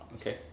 Okay